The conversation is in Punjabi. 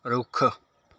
ਰੁੱਖ